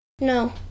No